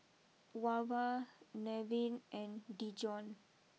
Wava Nevin and Dijon